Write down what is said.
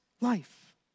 life